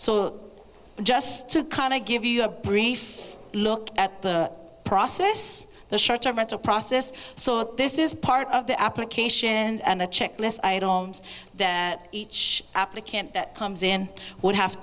so just to kind of give you a brief look at the process the short term mental process so this is part of the application and the checklist items that each applicant that comes in would have